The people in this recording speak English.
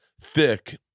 thick